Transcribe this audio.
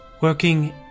Working